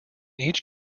each